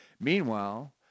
Meanwhile